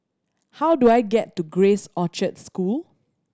how do I get to Grace Orchard School